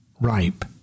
ripe